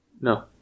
No